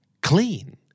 Clean